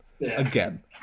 Again